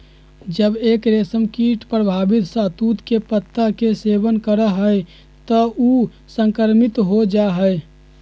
जब एक रेशमकीट प्रभावित शहतूत के पत्ता के सेवन करा हई त ऊ संक्रमित हो जा हई